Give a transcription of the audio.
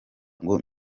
ngo